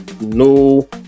no